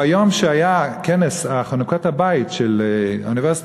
ביום שהיה כנס חנוכת הבית של האוניברסיטה